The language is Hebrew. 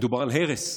מדובר על הרס.